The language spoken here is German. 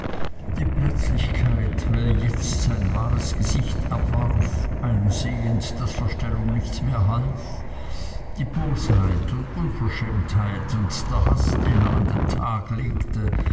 die plötzlichkeit wie er jetzt sein wahres gesicht zeigte einsehend daß verstellung nichts mehr half die bosheit und unverschämtheit und der haß den er an den tag legte